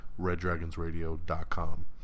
RedDragonsRadio.com